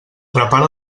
prepara